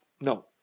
No